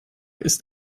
ist